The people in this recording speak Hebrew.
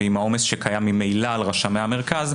ועם העומס שקיים ממילא על רשמי המרכז,